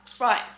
Right